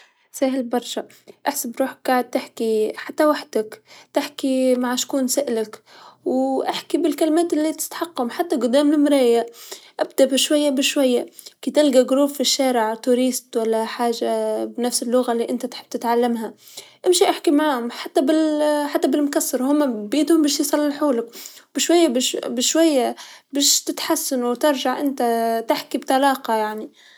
تعلم اللغات بيكون أربع مهارات، جراية، كتابة، استماع ،محادثة، لازم يشتغل على الأربع مهارات.،لو إنه إشتغل عليها بيقدر يعرف وين نقاط القوة ونقاط الضعف، ممكن يكون جيد بالإستماع سيء بالجراية مافي محادثة ،بس يحدد نجطة الظعف تبعة بيكون فيه إن هو يعالجها ،لكن ما يحكي أنا ما بجدر أمارسها وخلاص.